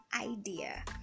idea